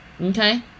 Okay